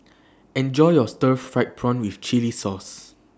Enjoy your Stir Fried Prawn with Chili Sauce